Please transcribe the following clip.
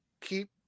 keep